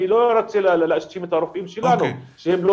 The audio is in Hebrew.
אני לא רוצה להאשים את הרופאים שלנו שהם לא